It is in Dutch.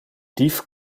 dief